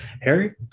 Harry